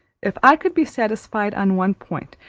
if i could be satisfied on one point,